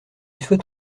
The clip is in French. souhaite